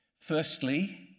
Firstly